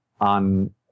on